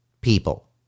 people